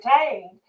entertained